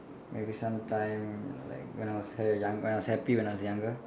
maybe sometime like when I was err young when I was happy when I was younger